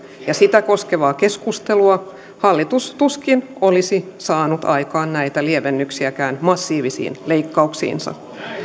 ja sitä koskevaa keskustelua hallitus tuskin olisi saanut aikaan näitä lievennyksiä massiivisiin leikkauksiinsa